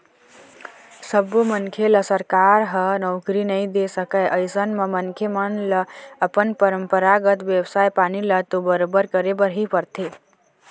सब्बो मनखे ल सरकार ह नउकरी नइ दे सकय अइसन म मनखे मन ल अपन परपंरागत बेवसाय पानी ल तो बरोबर करे बर ही परथे